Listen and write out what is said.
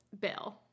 Bill